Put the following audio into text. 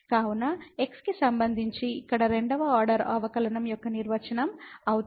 కాబట్టి x కి సంబంధించి ఇక్కడ రెండవ ఆర్డర్ అవకలనం యొక్క నిర్వచనం అవుతుంది